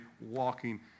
walking